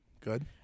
Good